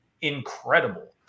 incredible